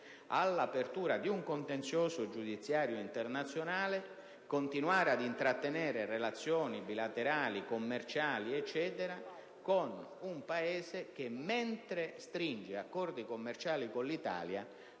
all'apertura di un contenzioso giudiziario internazionale, continuare ad intrattenere relazioni bilaterali o commerciali con un Paese che, mentre stringe accordi commerciali con l'Italia,